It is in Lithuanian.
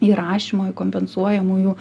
įrašymo į kompensuojamųjų